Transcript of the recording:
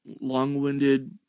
long-winded